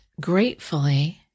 gratefully